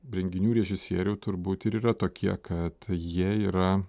renginių režisierių turbūt yra tokie kad jie yra